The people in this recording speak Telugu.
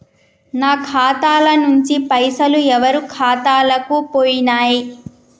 నా ఖాతా ల నుంచి పైసలు ఎవరు ఖాతాలకు పోయినయ్?